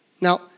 Now